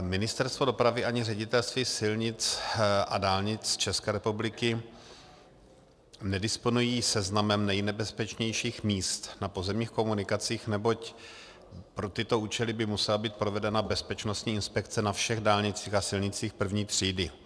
Ministerstvo dopravy ani Ředitelství silnic a dálnic České republiky nedisponují seznamem nejnebezpečnějších míst na pozemních komunikacích, neboť pro tyto účely by musela být provedena bezpečnostní inspekce na všech dálnicích a silnicích I. třídy.